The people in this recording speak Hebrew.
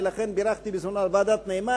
ולכן בירכתי בזמנו על ועדת-נאמן,